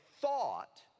thought